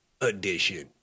edition